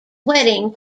wedding